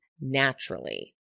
naturally